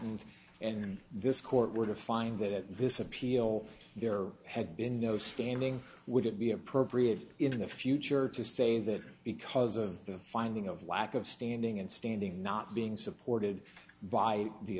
patent and this court were to find that this appeal there had been no standing would it be appropriate in the future to say that because of the finding of lack of standing and standing not being supported by the